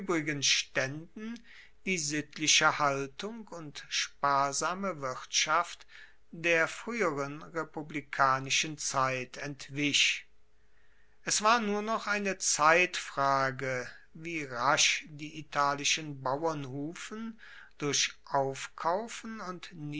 staenden die sittliche haltung und sparsame wirtschaft der frueheren republikanischen zeit entwich es war nur noch eine zeitfrage wie rasch die italischen bauernhufen durch aufkaufen und